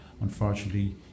Unfortunately